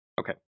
Okay